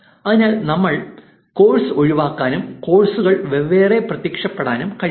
അതിനാൽ നമുക്ക് കോഴ്സ് ഒഴിവാക്കാനും കോഴ്സുകൾ വെവ്വേറെ പ്രത്യക്ഷപ്പെടാനും കഴിയും